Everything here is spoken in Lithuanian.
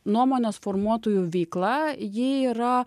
nuomonės formuotojų veikla ji yra